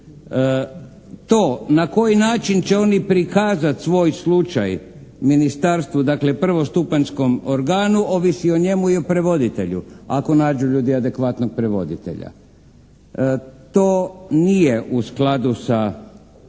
To na koji način će oni prikazati svoj slučaj ministarstvu, dakle prvostupanjskom organu ovisi o njemu i o prevoditelju ako nađu ljudi adekvatnog prevoditelja. To nije u skladu sa